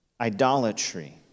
Idolatry